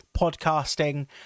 podcasting